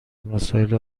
مسائل